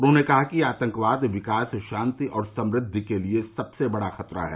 उन्होंने कहा कि आतंकवाद विकास शांति और समृद्धि के लिए सबसे बड़ा खतरा है